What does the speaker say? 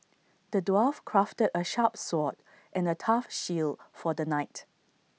the dwarf crafted A sharp sword and A tough shield for the knight